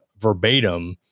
verbatim